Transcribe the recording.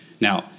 Now